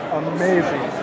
amazing